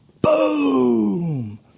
Boom